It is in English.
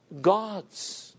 God's